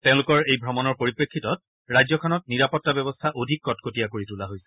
তেওঁলোকৰ এই ভ্ৰমণৰ পৰিপ্ৰেক্ষিতত ৰাজ্যখনত নিৰাপত্তা ব্যৱস্থা অধিক কটকটীয়া কৰি তোলা হৈছে